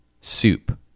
soup